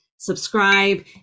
Subscribe